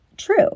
true